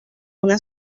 una